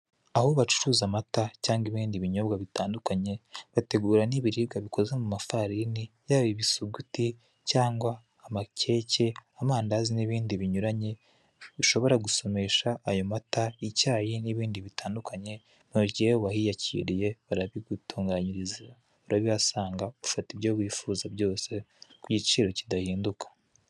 Aho bacuruza amata cyangwa ibindi binyobwa bitandukanye, bategura n'ibiribwa bikoze mu mafarini, yaba ibisuguti cyangwa amakeke, amandazi n'ibindi binyuranye ushobora gusomesha ayo mata, icyayi n'ibindi bitandukanye, buri gihe iyo wahiyakiriye barabigutunganyiriza, urabihasanga ufata ibyo wifuza byose ku giciro kidahinduka.